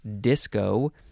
disco